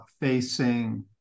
facing